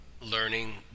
learning